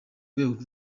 rwego